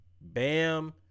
Bam